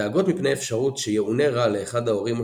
דאגות מפני אפשרות שיאונה רע לאחד ההורים או